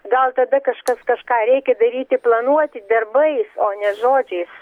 gal tada kažkas kažką reikia daryti planuoti darbais o ne žodžiais